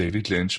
דייוויד לינץ',